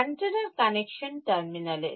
অ্যান্টেনার connection terminal A